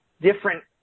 Different